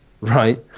right